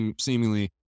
seemingly